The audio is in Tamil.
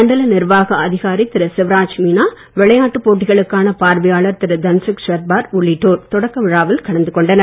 மண்டல நிர்வாக அதிகாரி திரு சிவராஜ் மீனா விளையாட்டு போட்டிகளுக்கான பார்வையாளர் திரு தன்சுக் சட்பார் உள்ளிட்டோர் தொடக்க விழாவில் கலந்து கொண்டனர்